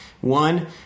One